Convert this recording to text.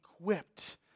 equipped